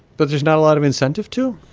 but there's not a lot of incentive to?